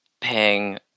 paying